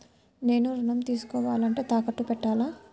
నేను ఋణం తీసుకోవాలంటే తాకట్టు పెట్టాలా?